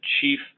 chief